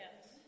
Yes